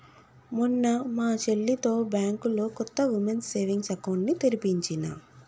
మొన్న మా చెల్లితో బ్యాంకులో కొత్త వుమెన్స్ సేవింగ్స్ అకౌంట్ ని తెరిపించినా